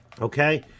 Okay